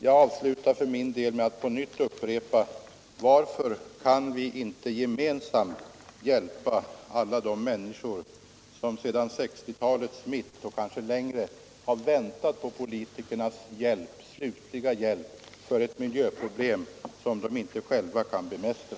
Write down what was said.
Jag avslutar debatten för min del med att på nytt fråga: Varför kan vi inte gemensamt hjälpa alla de människor som sedan 1960-talets mitt och kanske längre har väntat på politikernas slutliga hjälp med lösningen av ett miljöproblem som de inte själva kan bemästra?